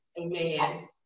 Amen